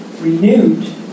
renewed